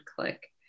click